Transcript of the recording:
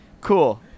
Cool